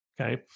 okay